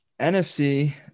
NFC